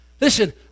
Listen